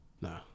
No